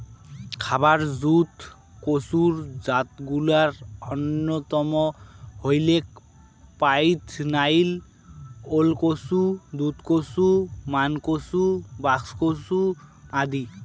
খাবার জুত কচুর জাতগুলার অইন্যতম হইলেক পাইদনাইল, ওলকচু, দুধকচু, মানকচু, বাক্সকচু আদি